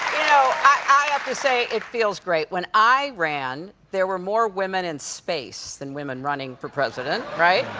know, i have to say it feels great. when i ran, there were more women in space than women running for president, right?